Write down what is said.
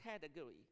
category